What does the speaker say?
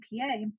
EPA